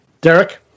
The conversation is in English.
Derek